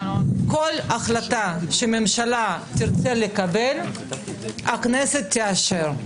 כל החלטה שממשלה תרצה לקבל, הכנסת תאשר.